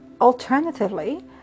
alternatively